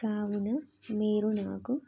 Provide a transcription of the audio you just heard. కావున మీరు నాకు